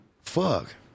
fuck